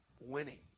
winning